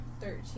Thirteen